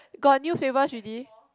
got new flavours ready